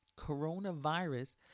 Coronavirus